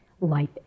life